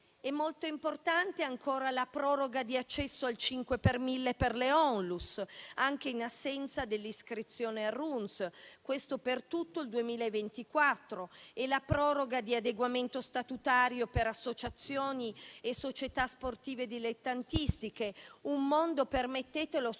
Molto importante è ancora la proroga dell'accesso al 5 per mille per le ONLUS anche in assenza dell'iscrizione al RUNTS, per tutto il 2024, e la proroga di adeguamento statutario per associazioni e società sportive dilettantistiche, un mondo - permettetemelo